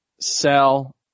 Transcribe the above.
Sell